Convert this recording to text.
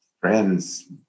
friends